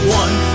one